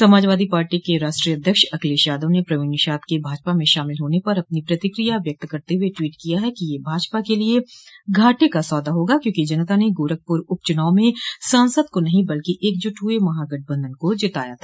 Samajwadi Party के राष्ट्रीय अध्यक्ष अखिलेश यादव ने प्रवीण निषाद के भाजपा में शामिल होने पर अपनी प्रतिक्रिया व्यक्त करते हुए ट्वीट किया है कि यह भाजपा के लिये घाटे का सौदा होगा क्योंकि जनता ने गोरखपुर उपचुनाव में सांसद को नहीं बल्कि एकजुट हुए महागठबंधन को जिताया था